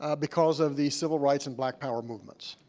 ah because of the civil rights and black power movements,